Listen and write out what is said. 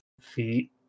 feet